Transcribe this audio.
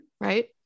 right